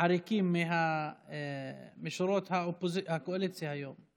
עריקים משורות הקואליציה היום.